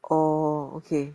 oh okay